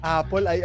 Apple